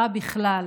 בכלל,